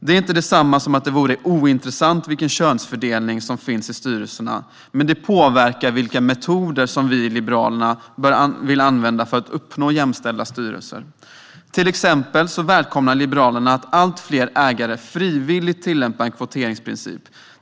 Det är inte detsamma som att det vore ointressant vilken könsfördelning som finns i styrelserna, men det påverkar vilka metoder som vi i Liberalerna vill använda för att uppnå jämställda styrelser. Till exempel välkomnar Liberalerna att allt fler ägare frivilligt tillämpar en kvoteringsprincip.